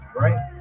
right